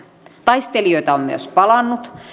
taistelijoita on myös palannut